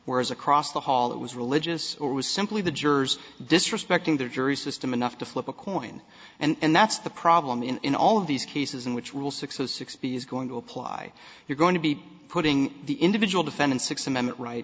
whereas across the hall it was religious or was simply the jurors disrespecting their jury system enough to flip a coin and that's the problem in all of these cases in which rule six or sixty is going to apply you're going to be putting the individual defendant sixth amendment right